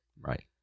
Right